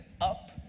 up